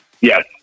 Yes